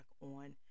on